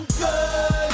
good